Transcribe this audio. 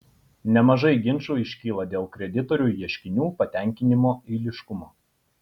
nemažai ginčų iškyla dėl kreditorių ieškinių patenkinimo eiliškumo